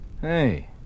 Hey